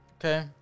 Okay